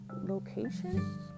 location